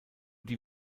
die